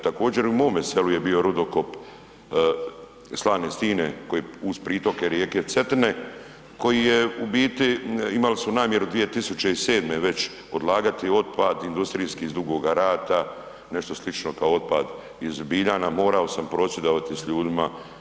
Također i u mome selu je bio rudokop Slane stine koji je uz pritoke rijeke Cetine, koji je u biti, imali su namjeru 2007. već odlagati otpad industrijski s Dugoga rata, nešto slično kao otpad iz Biljana, morao sam prosvjedovati s ljudima.